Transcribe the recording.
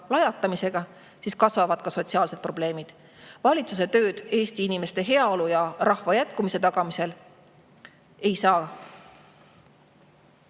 lajatamist, siis kasvavad ka sotsiaalsed probleemid. Valitsuse tööd Eesti inimeste heaolu ja rahva jätkumise tagamisel ei saa